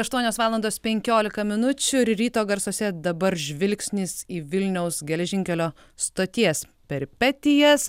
aštuonios valandos penkiolika minučių ir ryto garsuose dabar žvilgsnis į vilniaus geležinkelio stoties peripetijas